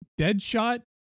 Deadshot